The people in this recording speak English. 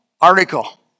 article